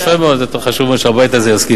יפה מאוד, חשוב שהבית הזה יסכים.